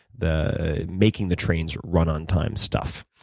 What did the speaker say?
the making the trains run on time stuff.